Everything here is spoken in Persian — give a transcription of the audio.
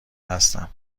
هستم